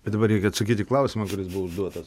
bet dabar reikia atsakyti į klausimą kuris buvo užduotas